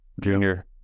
Junior